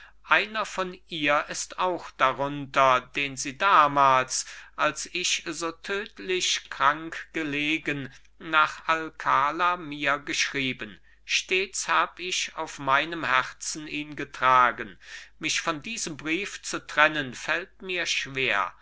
einer von ihr ist auch darunter den sie damals als ich so tödlich krankgelegen nach alkala mir geschrieben stets hab ich auf meinem herzen ihn getragen mich von diesem brief zu trennen fällt mir schwer